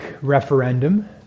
referendum